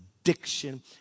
addiction